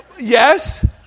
Yes